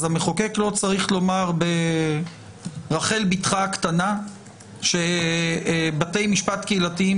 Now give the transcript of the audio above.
המחוקק לא צריך לומר ברחל בתך הקטנה שבתי משפט קהילתיים